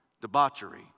debauchery